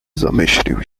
zamyślił